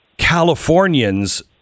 Californians